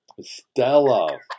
Stella